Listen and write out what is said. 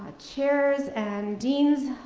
ah chairs and deans,